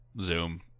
Zoom